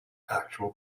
actual